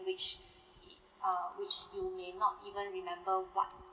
which uh which you may not even remember what